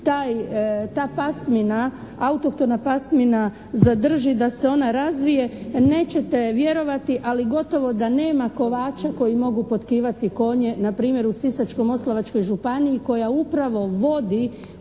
ta pasmina, autohtona pasmina zadrži, da se ona razvije nećete vjerovati ali gotovo da nema kovača koji mogu potkivati konje na primjer u Sisačko-Moslavačkoj županiji koja upravo vodi